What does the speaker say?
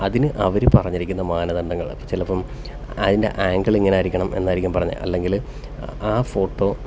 അതിനു അവർ പറഞ്ഞിരിക്കുന്ന മാനദണ്ഡങ്ങൾ ചെലപ്പം അതിന്റെ ആങ്കിള് ഇങ്ങനെയായിരിക്കണം എന്നായിരിക്കും പറഞ്ഞത് അല്ലെങ്കിൽ ആ ഫോട്ടോ